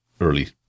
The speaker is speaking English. early